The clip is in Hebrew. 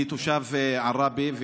אני תושב עראבה,